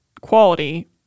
quality